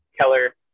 Keller